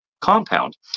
compound